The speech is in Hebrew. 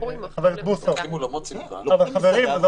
זה לא